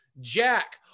jack